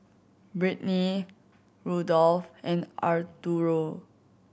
Britany Rudolf and Arturo